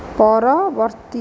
ପରବର୍ତ୍ତୀ